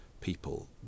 people